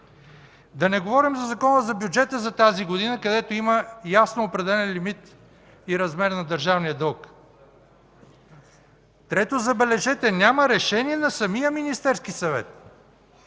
Да не говорим за Закона за бюджета за тази година, където има ясно определен лимит и размер на държавния дълг. Трето, забележете, няма решение на самия Министерски съвет,